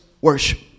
worship